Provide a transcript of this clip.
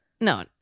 No